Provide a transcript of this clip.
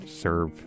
serve